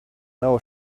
know